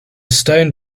stone